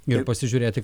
ir pasižiūrėti